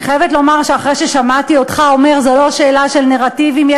אני חייבת לומר שאחרי ששמעתי אותך אומר: זה לא שאלה של נרטיבים,